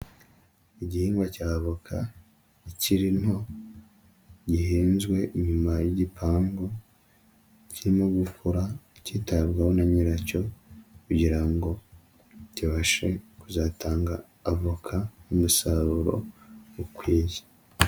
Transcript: Igihingwa cya avoka ikiri nto, gihinzwe inyuma y'igipangu kirimo gukura cyitabwaho na nyiracyo kugira ngo kibashe kuzatanga avoka umusaruro ukwiye.